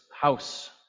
house